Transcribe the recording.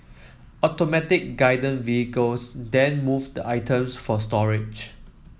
automatic Guided Vehicles then move the items for storage